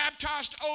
baptized